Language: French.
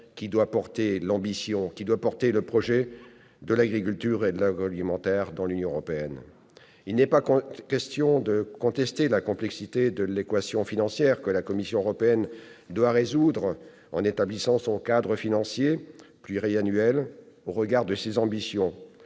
de la part du commissaire qui doit porter le projet de l'agriculture et de l'agroalimentaire au sein de l'Union européenne. Il n'est pas question de contester la complexité de l'équation financière que la Commission européenne doit résoudre en établissant son cadre financier pluriannuel. Au regard de ses ambitions,